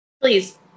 Please